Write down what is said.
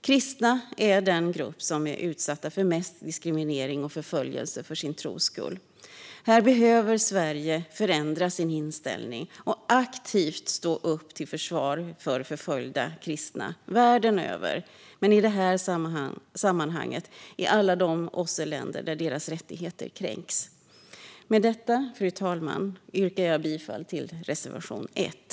Kristna är den grupp som är utsatta för mest diskriminering och förföljelse för sin tros skull. Här behöver Sverige förändra sin inställning och aktivt stå upp till försvar för förföljda kristna världen över, men i det här sammanhanget i alla de OSSE-länder där deras rättigheter kränks. Med detta, fru talman, yrkar jag bifall till reservation 1.